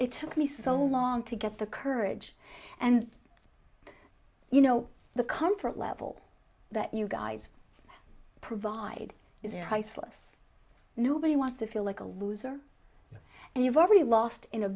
it took me so long to get the courage and you know the comfort level that you guys provide is there ice loss nobody wants to feel like a loser and you've already lost in a